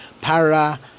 para